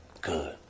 Good